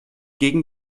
gegen